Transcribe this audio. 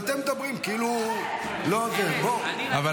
ואתם מדברים כאילו --- אבל הוא לא שם לב.